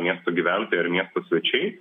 miesto gyventojai ar miesto svečiai